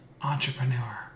entrepreneur